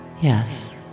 Yes